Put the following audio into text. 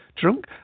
Drunk